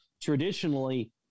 traditionally